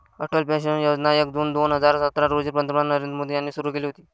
Atal pension योजना एक June दोन हजार सतरा रोजी पंतप्रधान नरेंद्र मोदी यांनी सुरू केली होती